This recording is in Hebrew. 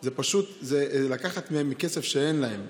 זה פשוט לקחת מהן מכסף שאין להן.